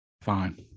Fine